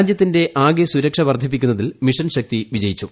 രാജ്യത്തിന്റെ ആകെ സുരക്ഷ വർദ്ധിപ്പിക്കുന്നതിൽ മിഷൻ ശക്തി വിജയിച്ചു